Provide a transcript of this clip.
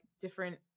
different